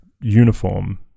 uniform